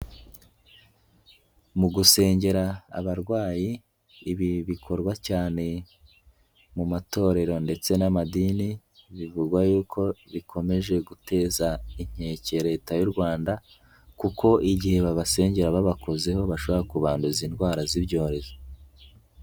Mu gusengera abarwayi ibi bikorwa cyane mu matorero ndetse n'amadini bivugwa yuko bikomeje guteza inkeke ya Leta y'u Rwanda kuko igihe babasengera babakozeho bashobora kubanduza indwara z'ibyorezo.